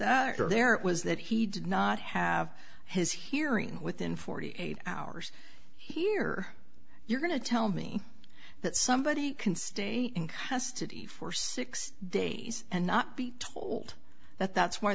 that there was that he did not have his hearing within forty eight hours here you're going to tell me that somebody can stay in custody for six days and not be told that that's wh